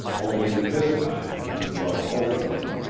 only this time we can love openly.